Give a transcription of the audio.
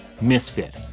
Misfit